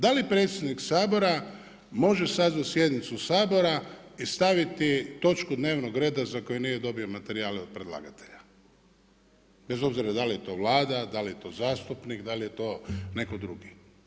Da li predsjednik Sabora može sazvat sjednicu Sabora i staviti točku dnevnog reda za koju nije dobio materijale od predlagatelja bez obzira da li je to Vlada, da li je to zastupnik, da li je to netko drugi.